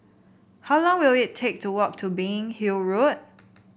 how long will it take to walk to Biggin Hill Road